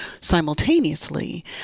Simultaneously